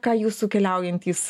ką jūsų keliaujantys